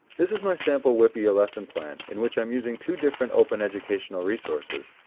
this is my sample wippea lesson plan, in which i am using two different open educational resources.